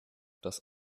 dass